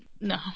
no